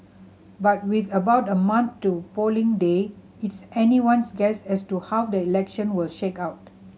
but with about a month to polling day it's anyone's guess as to how the election will shake out